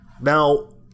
Now